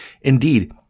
Indeed